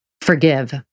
forgive